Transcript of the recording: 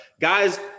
guys